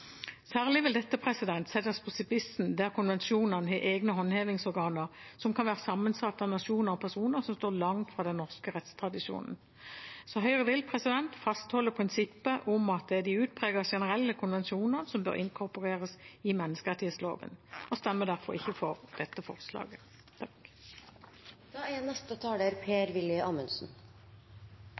Særlig vil dette settes på spissen der konvensjonene har egne håndhevingsorganer som kan være sammensatt av nasjoner og personer som står langt fra den norske rettstradisjonen. Høyre vil fastholde prinsippet om at det er de utpreget generelle konvensjonene som bør inkorporeres i menneskerettsloven, og vi stemmer derfor ikke for dette forslaget.